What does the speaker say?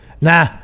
Nah